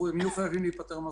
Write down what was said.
הם יהיו חייבים להיפטר מהזכוכית.